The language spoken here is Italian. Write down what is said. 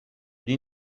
gli